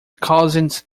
cousins